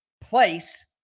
place